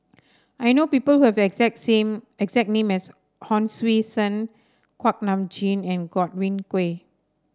I know people who have the exact same the exact name as Hon Sui Sen Kuak Nam Jin and Godwin Koay